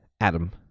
Adam